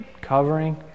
Covering